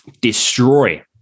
destroy